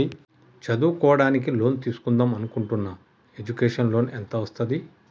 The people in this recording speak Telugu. చదువుకోవడానికి లోన్ తీస్కుందాం అనుకుంటున్నా ఎడ్యుకేషన్ లోన్ ఎంత వస్తది?